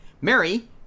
Mary